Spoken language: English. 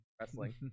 wrestling